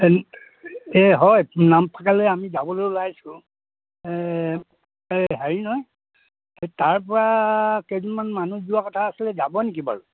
এই হয় নামফাকেলৈ আমি যাবলৈ ওলাইছোঁ এই হেৰি নহয় এই তাৰ পৰা কেইজনমান মানুহ যোৱাৰ কথা আছিলে যাব নেকি বাৰু